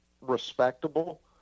respectable